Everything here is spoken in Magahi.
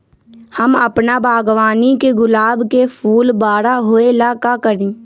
हम अपना बागवानी के गुलाब के फूल बारा होय ला का करी?